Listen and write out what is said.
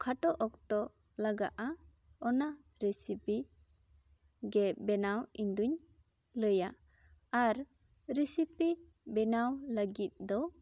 ᱠᱷᱟᱴᱚ ᱚᱠᱛᱚ ᱞᱟᱜᱟᱜ ᱟ ᱚᱱᱟ ᱨᱮᱥᱮᱯᱤ ᱜᱮ ᱵᱮᱱᱟᱣ ᱤᱧ ᱫᱩᱧ ᱞᱟᱹᱭᱟ ᱟᱨ ᱨᱤᱥᱤᱯᱤ ᱵᱮᱱᱟᱣ ᱞᱟᱹᱜᱤᱫ ᱫᱚ